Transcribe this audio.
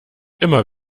immer